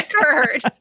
occurred